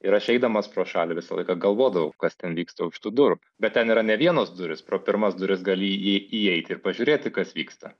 ir aš eidamas pro šalį visą laiką galvodavau kas ten vyksta už tų durų bet ten yra ne vienos durys pro pirmas duris gali įeiti ir pažiūrėti kas vyksta